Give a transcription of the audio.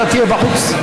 אתה תהיה בחוץ.